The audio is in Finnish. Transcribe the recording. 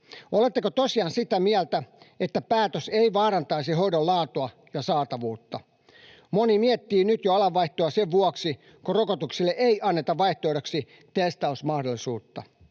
Oletteko tosiaan sitä mieltä, että päätös ei vaarantaisi hoidon laatua ja saatavuutta? Moni miettii jo nyt alanvaihtoa sen vuoksi, että rokotukselle ei anneta vaihtoehdoksi testausmahdollisuutta.